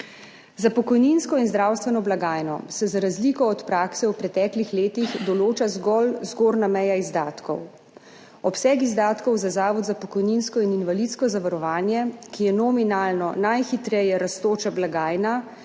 Za pokojninsko in zdravstveno blagajno se za razliko od prakse v preteklih letih določa zgolj zgornja meja izdatkov. Obseg izdatkov za Zavod za pokojninsko in invalidsko zavarovanje, ki je nominalno najhitreje rastoča blagajna